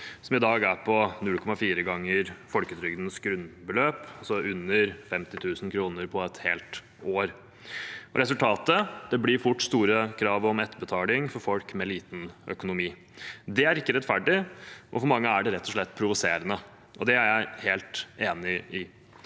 er i dag på 0,4 ganger folketrygdens grunnbeløp, altså under 50 000 kr på et helt år. Resultatet blir fort store krav om etterbetaling for folk med dårlig økonomi. Det er ikke rettferdig, og for mange er det rett og slett provoserende. Det er jeg helt enig i.